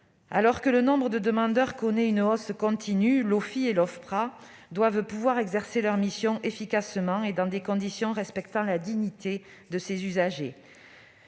Alors que le nombre de demandeurs connaît une hausse continue, l'OFII et l'Ofpra doivent pouvoir exercer leur mission efficacement et dans des conditions respectant la dignité de leurs usagers.